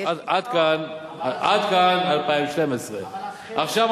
עד כאן 2012. עכשיו,